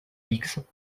higgs